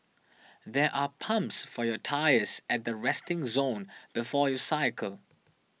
there are pumps for your tyres at the resting zone before you cycle